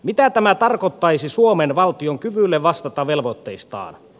mitä tämä tarkoittaisi suomen valtion kyvylle vastata velvoitteistaan